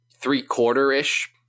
three-quarter-ish